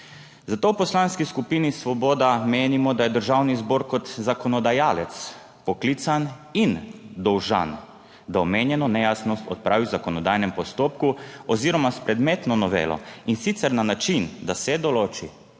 Zato v Poslanski skupini Svoboda menimo, da je Državni zbor kot zakonodajalec poklican in dolžan, da omenjeno nejasnost odpravi v zakonodajnem postopku oziroma s predmetno novelo, in sicer na način, da se določi,